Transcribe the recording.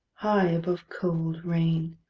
high above cold, rain,